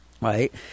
right